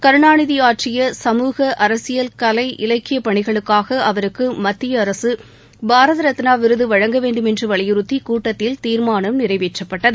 கருணாநிதிஆற்றிய அரசியல் கலை சீழக இலக்கியபணிகளுக்காகஅவருக்குமத்தியஅரசுபாரதரத்னாவிருதுவழங்க வேண்டுமென்றுவலியுறுத்திகூட்டத்தில் தீர்மானம் நிறைவேற்றப்பட்டது